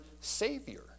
Savior